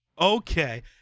Okay